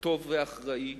טוב ואחראי,